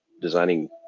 designing